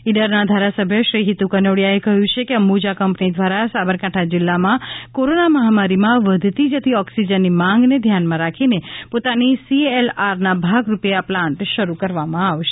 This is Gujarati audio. ઇડરના ધારાસભ્ય શ્રી હિતુ કનોડીથાએ કહયું છે કે અંબુજા કંપની ધ્વારા સાબરકાંઠા જીલ્લામાં કોરોના મહામારીમાં વધતી જતી ઓકસીજનની માંગને ધ્યાનમાં રાખીને પોતાની સીએલઆરના ભાગરૂપે આ પ્લાન્ટ શરૂ કરવામાં આવશે